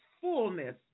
fullness